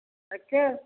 ਅੱਛਾ